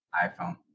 iPhone